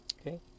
Okay